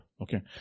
Okay